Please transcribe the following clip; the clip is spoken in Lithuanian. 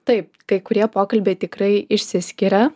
taip kai kurie pokalbiai tikrai išsiskiria